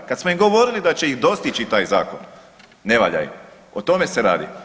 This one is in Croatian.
Kad smo im govorili da će ih dostići taj zakon, ne valja im, o tome se radi.